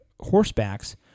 horseback's